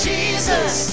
Jesus